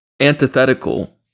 antithetical